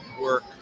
work